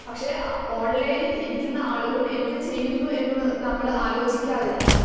പക്ഷെ ഓൺലൈനിൽ ഇരിക്കുന്ന ആളുകളും എന്ത് ചെയ്യുന്നു എന്നത് നമ്മൾ ആലോചിക്കാറില്ല